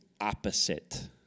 opposite